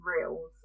reels